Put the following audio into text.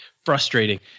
Frustrating